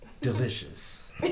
Delicious